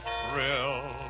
thrill